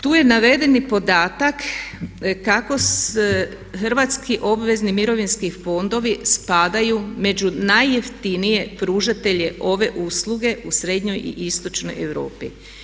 Tu je naveden i podatak kako hrvatski obvezni mirovinski fondovi spadaju među najjeftinije pružatelje ove usluge u srednjoj i istočnoj Europi.